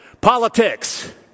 Politics